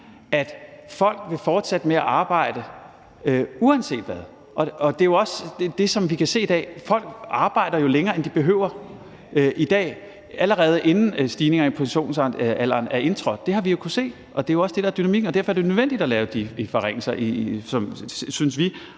at folk vil fortsætte med at arbejde uanset hvad. Det er jo også det, vi kan se i dag. Folk arbejder jo længere i dag, end de behøver, allerede inden stigningen i pensionsalderen er indtrådt. Det kan vi jo se, og det er også det, der er dynamikken, og derfor er det nødvendigt at lave de sonderinger, synes vi,